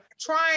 trying